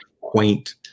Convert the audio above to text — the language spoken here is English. quaint